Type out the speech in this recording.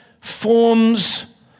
forms